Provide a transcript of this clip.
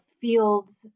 fields